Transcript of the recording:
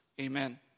Amen